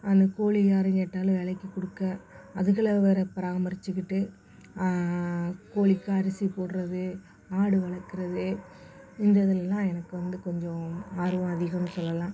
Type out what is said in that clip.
அந்த கோழி யார் கேட்டாலும் விலைக்கி கொடுக்க அதுகளை வேறு பராமரித்துகிட்டு கோழிக்கு அரிசி போடுறது ஆடு வளர்க்கறது இந்த இதெலலாம் எனக்கு வந்து கொஞ்சம் ஆர்வம் அதிகம்னு சொல்லலாம்